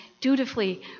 dutifully